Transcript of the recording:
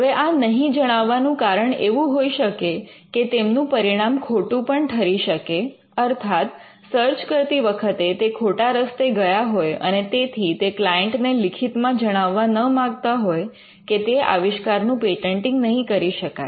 હવે આ નહીં જણાવવાનું કારણ એવું હોઈ શકે કે તેમનું પરિણામ ખોટું પણ ઠરી શકે અર્થાત સર્ચ કરતી વખતે તે ખોટા રસ્તે ગયા હોય અને તેથી તે ક્લાયન્ટને લિખિતમાં જણાવવા ન માગતા હોય કે તે આવિષ્કારનું પેટન્ટિંગ નહીં કરી શકાય